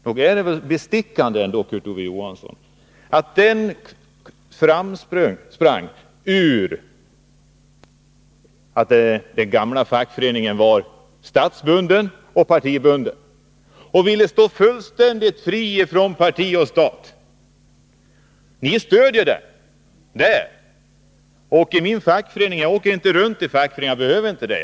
Nog är det bestickande, Kurt Ove Johansson, att Solidaritet framsprang ur det förhållandet att den gamla fackföreningen var statsbunden och partibunden och ville stå fullständigt fri från parti och stat. Ni stöder dem — där! Jag åker inte runt mellan fackföreningarna. Jag behöver inte göra det.